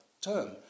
term